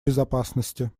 безопасности